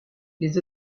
les